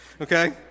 Okay